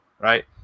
right